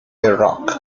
iraq